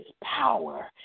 power